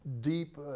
deep